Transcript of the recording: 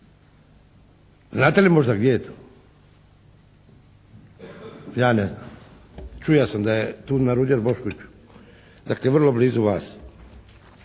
Znate li možda gdje je to? Ja ne znam. Čuo sam da je tu na Ruđer Boškoviću. Dakle vrlo blizu vas.